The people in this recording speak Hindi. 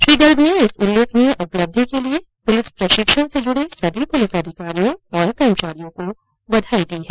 श्री गर्ग ने इस उल्लेखनीय उपलब्धि के लिए पुलिस प्रशिक्षण से जुड़े सभी पुलिस अधिकारियों और कर्मचारियों को बधाई दी है